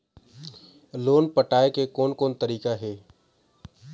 Loan पटाए के कोन कोन तरीका हे?